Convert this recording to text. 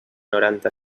noranta